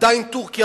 עדיין טורקיה,